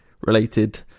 related